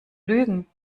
lügen